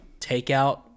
takeout